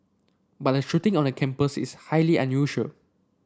but a shooting on a campus is highly unusual